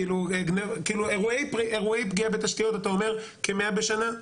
כאילו אירועי פגיעה בתשתיות אתה אומר כ-100 בשנה?